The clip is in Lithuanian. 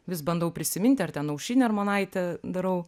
vis bandau prisiminti ar ten aušrinę armonaitę darau